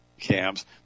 camps